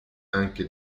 anche